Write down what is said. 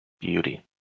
Beauty